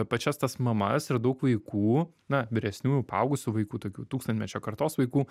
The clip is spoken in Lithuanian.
pačias tas mamas ir daug vaikų na vyresnių paaugusių vaikų tokių tūkstantmečio kartos vaikų